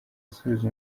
asubiza